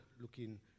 looking